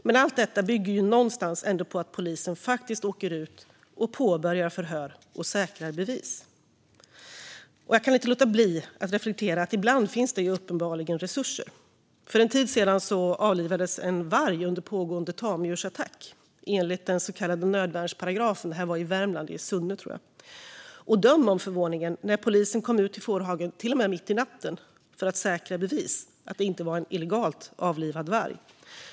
Men allt detta bygger ändå någonstans på att polisen faktiskt åker ut och påbörjar förhör och säkrar bevis. Jag kan inte låta bli att reflektera att det ibland uppenbarligen finns resurser. För en tid sedan avlivades en varg under pågående tamdjursattack enligt den så kallade nödvärnsparagrafen. Det här var i Värmland, och jag tror det var i Sunne. Döm om förvåningen när polisen kom ut till fårhagen, till och med mitt i natten, för att säkra bevis att det inte var en illegalt avlivad varg.